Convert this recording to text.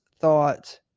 thought